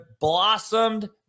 blossomed